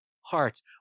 Heart